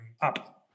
up